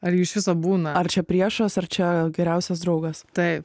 ar iš viso būna ar čia priešas ar čia geriausias draugas taip